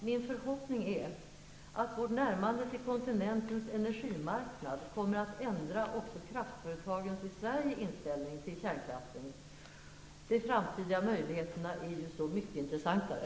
Min förhoppning är att vårt närmande till kontinentens energimarknad kommer att ändra kraftföretagens i Sverige inställning till kärnkraften. De framtida möjligheterna är ju så mycket intressantare.